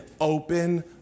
open